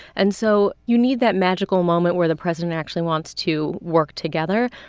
and so you need that magical moment where the president actually wants to work together.